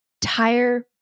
tire